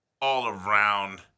all-around